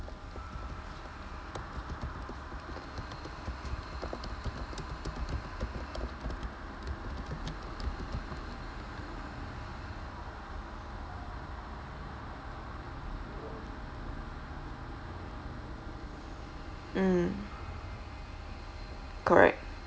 mm correct